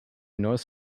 north